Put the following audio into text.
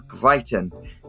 Brighton